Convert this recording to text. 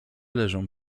leżą